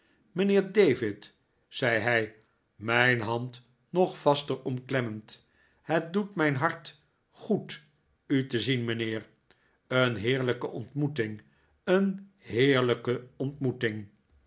mijnheer david zei hij mijn hand nog vaster omklemmend het doet mijn hart goed u te zien mijnheer een heerlijke ontmoeting een heerlijke ontmoeting